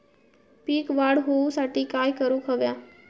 पीक वाढ होऊसाठी काय करूक हव्या?